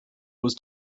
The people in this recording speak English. was